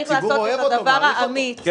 הציבור אוהב אותו ומעריך אותו.